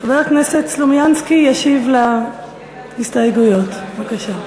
חבר הכנסת סלומינסקי ישיב על ההסתייגויות, בבקשה.